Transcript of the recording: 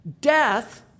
Death